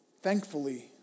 Thankfully